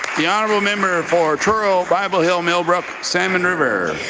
the honourable member for truro-bible hill millbrook-salmon river.